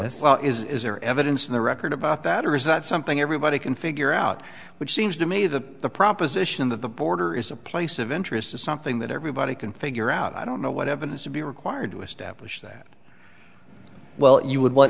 know is there evidence in the record about that or is that something everybody can figure out which seems to me the the proposition that the border is a place of interest is something that everybody can figure out i don't know what evidence would be required to establish that well you would want